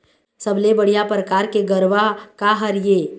सबले बढ़िया परकार के गरवा का हर ये?